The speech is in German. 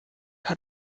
hat